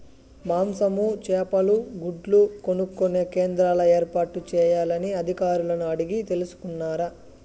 మాంసము, చేపలు, గుడ్లు కొనుక్కొనే కేంద్రాలు ఏర్పాటు చేయాలని అధికారులను అడిగి తెలుసుకున్నారా?